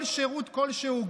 כל שירות כלשהו,